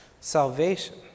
salvation